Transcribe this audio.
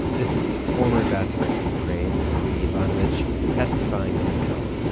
this is former ambassador to ukraine marie yovanovitch testifying on the hill.